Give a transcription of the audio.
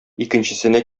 икенчесенә